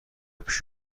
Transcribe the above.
پیش